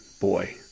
boy